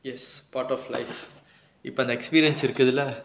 yes part of life இப்ப அந்த:ippa antha experience இருக்குதுல:irukkuthula